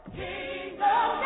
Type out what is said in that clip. kingdom